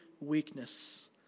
weakness